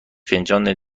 فنجان